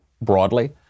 broadly